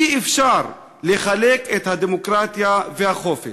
אי-אפשר לחלק את הדמוקרטיה והחופש.